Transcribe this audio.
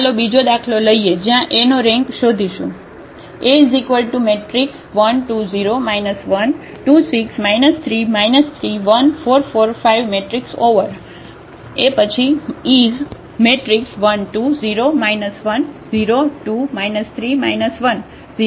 ચાલો બીજો દાખલો લઈએ જ્યાં A નો રેન્ક શોધીશું